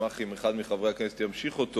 ואשמח אם אחד מחברי הכנסת ימשיך אותו,